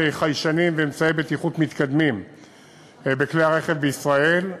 חיישנים ואמצעי בטיחות מתקדמים בכלי הרכב בישראל,